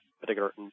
particular